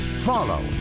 Follow